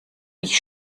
ich